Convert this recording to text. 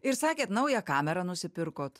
ir sakėt naują kamerą nusipirkot